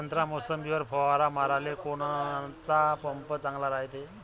संत्रा, मोसंबीवर फवारा माराले कोनचा पंप चांगला रायते?